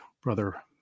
Brother